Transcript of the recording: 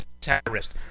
terrorist